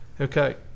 Okay